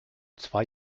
zwei